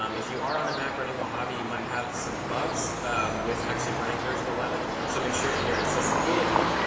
um if you are on a mac running mojave, you might have some bugs with actually running version eleven. so make sure in your accessibility